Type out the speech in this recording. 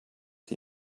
sie